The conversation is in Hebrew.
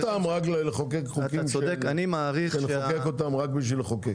אם היא לא תהיה אפקטיבית אז אין טעם לחוקק חוקים רק בשביל לחוקק.